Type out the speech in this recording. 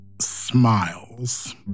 smiles